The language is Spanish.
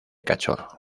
cachorro